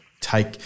Take